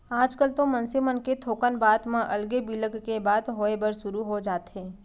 आजकल तो मनसे मन के थोकन बात म अलगे बिलग के बात होय बर सुरू हो जाथे